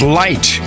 light